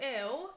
ill